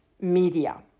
media